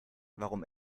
warum